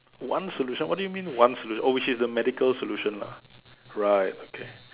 one solution what do you mean one solution oh which is the medical solution lah right okay